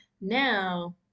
now